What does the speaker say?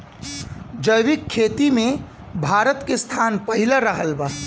जैविक खेती मे भारत के स्थान पहिला रहल बा